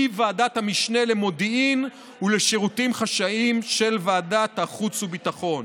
היא ועדת המשנה למודיעין ולשירותים חשאיים של ועדת החוץ והביטחון,